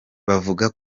bavuga